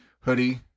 hoodie